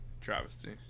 Travesty